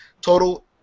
total